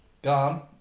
Gone